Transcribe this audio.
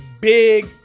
big